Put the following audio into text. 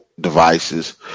devices